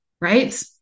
right